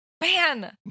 Man